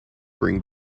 bring